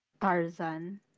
Tarzan